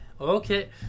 Okay